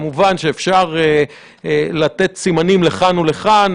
כמובן, שאפשר לתת סימנים לכאן ולכאן.